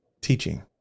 teaching